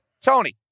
Tony